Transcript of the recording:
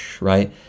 right